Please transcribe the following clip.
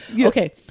Okay